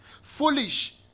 foolish